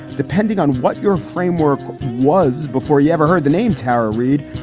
depending on what your framework was before you ever heard the name tara reid.